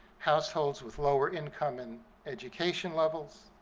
households with lower income and education levels,